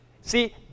see